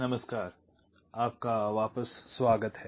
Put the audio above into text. नमस्कार आपका वापस स्वागत है